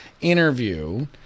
interview